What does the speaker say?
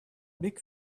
big